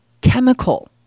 chemical